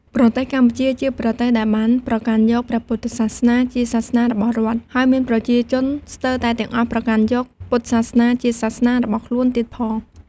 ប្រទេសកម្ពុជា ជាប្រទេសដែលបានប្រកាន់យកព្រះពុទ្ធសាសនាជាសាសនារបស់រដ្ឋ ហើយមានប្រជាជនស្ទើរតែទាំងអស់ប្រកាន់យកពុទ្ធសាសនាជាសាសនារបស់ខ្លួនទៀតផង។